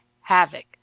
havoc